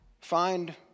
find